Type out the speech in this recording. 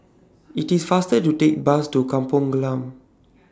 IT IS faster to Take Bus to Kampong Glam